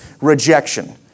rejection